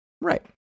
Right